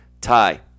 tie